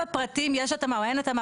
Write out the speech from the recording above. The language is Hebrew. יש התאמה או אין התאמה,